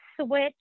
switch